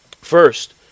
First